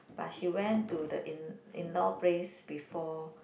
but she went to the in in law place before